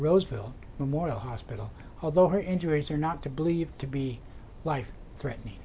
roseville memorial hospital although her injuries are not to believed to be life threatening